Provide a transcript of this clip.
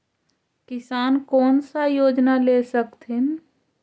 किसान कोन सा योजना ले स कथीन?